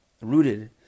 rooted